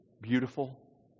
beautiful